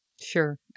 sure